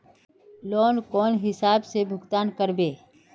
Loan कौन हिसाब से भुगतान करबे?